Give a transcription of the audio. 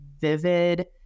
vivid